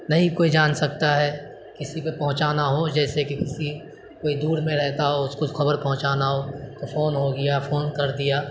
نہیں کوئی جان سکتا ہے کسی پہ پہنچانا ہو جیسے کہ کسی کوئی دور میں رہتا ہو اس کو خبر پہنچانا ہو تو فون ہو گیا فون کر دیا